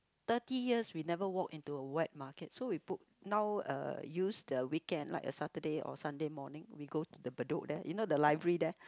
thirty years we never walk into a wet market so we book now uh use the weekend like a Saturday or Sunday morning we go the Bedok there you know the library there